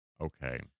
Okay